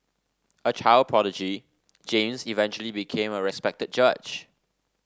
a child prodigy James eventually became a respected judge